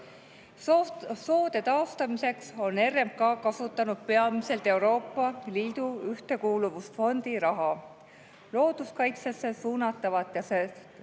Soode taastamiseks on RMK kasutanud peamiselt Euroopa Liidu Ühtekuuluvusfondi raha. Looduskaitsesse suunatavatest